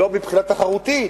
לא מבחינה תחרותית,